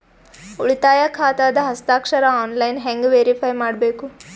ಉಳಿತಾಯ ಖಾತಾದ ಹಸ್ತಾಕ್ಷರ ಆನ್ಲೈನ್ ಹೆಂಗ್ ವೇರಿಫೈ ಮಾಡಬೇಕು?